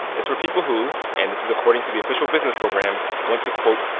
it's for people who and this is according to the official business program want to, quote,